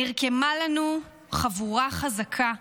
נרקמה לנו חבורה חזקה,